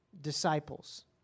disciples